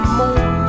more